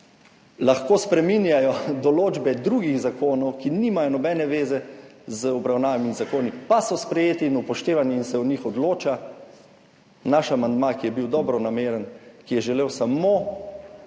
Lahko spreminjajo določbe drugih zakonov, ki nimajo nobene veze z obravnavami in zakoni, pa so sprejeti in upoštevani in se o njih odloča. Naš amandma, ki je bil dobronameren, ki je želel samo